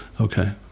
Okay